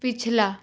ਪਿਛਲਾ